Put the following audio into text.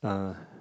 uh